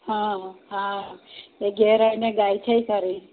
હા હા એ ઘેર આવીને ગાય છે એ ખરી